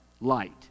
light